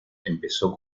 empezó